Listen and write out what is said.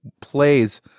plays